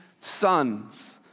sons